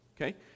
okay